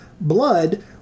blood